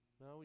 no